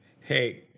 Hey